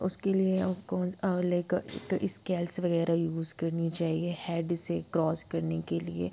उसके लिए कौन लेकर इस्कैल्स वगैरह यूज़ करनी चाहिए हैड से क्रौस करने के लिए